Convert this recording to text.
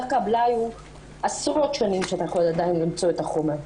דווקא הבלאי הוא עשרות שנים שאתה יכול עדיין למצוא את החומר.